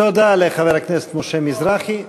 תודה לחבר הכנסת משה מזרחי.